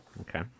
Okay